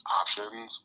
options